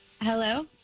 Hello